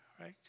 right